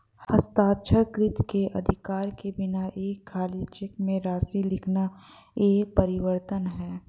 हस्ताक्षरकर्ता के अधिकार के बिना एक खाली चेक में राशि लिखना एक परिवर्तन है